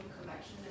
collection